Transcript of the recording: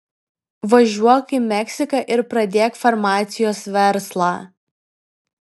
važiuok į meksiką ir pradėk farmacijos verslą